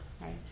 right